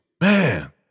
Man